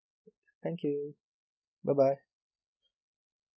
thank you bye bye